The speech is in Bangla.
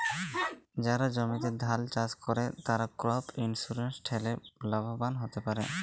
যারা জমিতে ধাল চাস করে, তারা ক্রপ ইন্সুরেন্স ঠেলে লাভবান হ্যতে পারে